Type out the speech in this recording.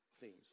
themes